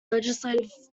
legislative